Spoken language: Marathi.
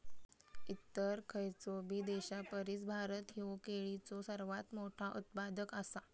इतर खयचोबी देशापरिस भारत ह्यो केळीचो सर्वात मोठा उत्पादक आसा